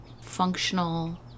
functional